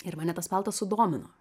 ir mane tas paltas sudomino